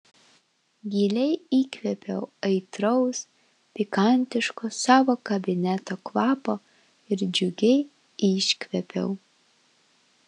giliai įkvėpiau aitraus pikantiško savo kabineto kvapo ir džiugiai iškvėpiau